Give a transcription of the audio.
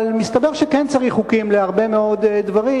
אבל מסתבר שכן צריך חוקים להרבה מאוד דברים,